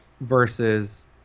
versus